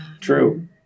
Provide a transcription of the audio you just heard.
true